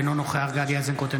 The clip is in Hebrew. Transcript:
אינו נוכח גדי איזנקוט,